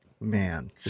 man